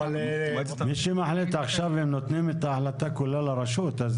מי שמחליט עכשיו הם נותנים את ההחלטה כולה לרשות.